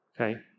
Okay